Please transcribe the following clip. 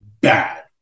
bad